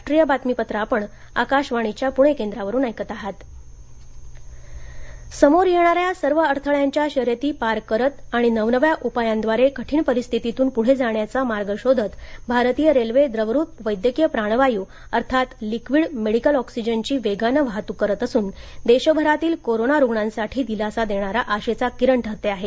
railway oxygen समोर येणाऱ्या सर्व अडथळ्यांच्या शर्यती पार करत आणि नवनव्या उपायांद्वारे कठीण परिस्थितीतून पुढे जाण्याचे मार्ग शोधत भारतीय रेल्वे द्रवरूप वैद्यकीय प्राणवायू अर्थात लिक्विड मेडिकल ऑक्सिजनची वेगानं वाहतूक करीत असून देशभरातील कोरोना रुग्णांसाठी दिलासा देणारा आशेचा किरण ठरते आहे